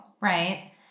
right